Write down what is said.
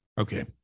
Okay